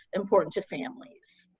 important to families.